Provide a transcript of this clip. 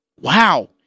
Wow